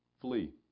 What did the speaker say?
Flee